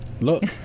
look